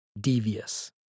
devious